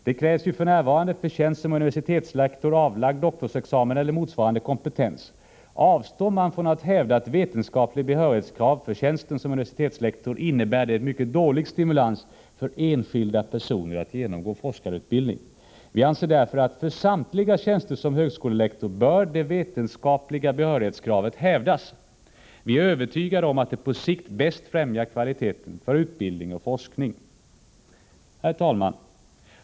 Det krävs ju f. n. för tjänst som universitetslektor avlagd doktorsexamen eller motsvarande kompetens. Avstår man från att hävda ett vetenskapligt behörighetskrav för tjänsten som universitetslektor innebär det en mycket dålig stimulans för enskilda personer att genomgå forskarutbildning. Vi anser därför att det vetenskapliga behörighetskravet för samtliga tjänster som högskolelektor bör hävdas. Vi är övertygade om att detta på sikt bäst främjar kvaliteten för utbildning och forskning. Herr talman!